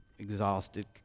Exhausted